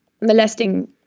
molesting